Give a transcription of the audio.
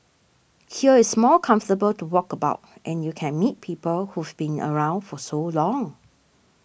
here it's more comfortable to walk about and you can meet people who've been around for so long